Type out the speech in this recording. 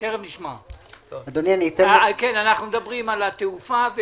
אנחנו מדברים על התעופה.